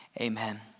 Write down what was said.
Amen